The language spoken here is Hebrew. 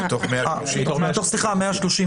ב-18,500